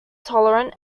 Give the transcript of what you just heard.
tolerant